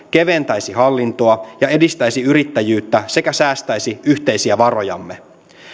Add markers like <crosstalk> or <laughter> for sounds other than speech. <unintelligible> keventäisi hallintoa ja edistäisi yrittäjyyttä sekä säästäisi yhteisiä varojamme